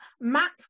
Matt